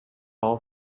all